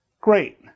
Great